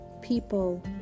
People